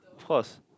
of course